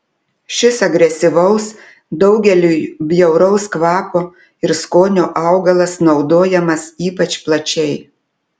šis agresyvaus daugeliui bjauraus kvapo ir skonio augalas naudojamas ypač plačiai